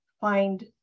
find